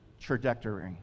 trajectory